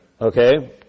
Okay